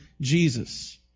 Jesus